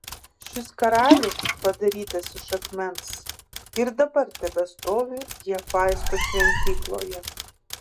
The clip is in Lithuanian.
šis karalius padarytas iš akmens ir dabar tebestovi hefaisto šventykloje